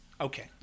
Okay